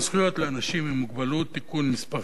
זכויות לאנשים עם מוגבלות (תיקון מס'